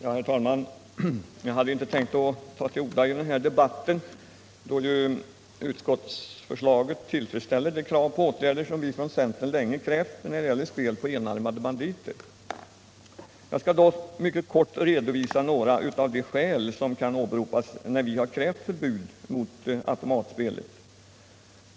Herr talman! Jag hade inte tänkt ta till orda i denna debatt, då ju utskottsförslaget tillfredsställer de krav om åtgärder som vi sedan länge ställt när det gäller spelet på s.k. enarmade banditer. Jag skall dock mycket kort redovisa några av de skäl som vi åberopar när vi kräver förbud mot automatspel.